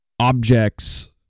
objects